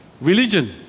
religion